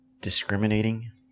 discriminating